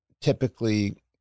typically